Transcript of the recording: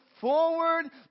forward